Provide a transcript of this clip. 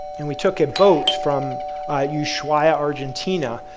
and we took a boat from ushuaia, argentina,